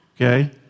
okay